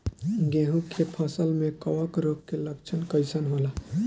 गेहूं के फसल में कवक रोग के लक्षण कइसन होला?